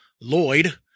Lloyd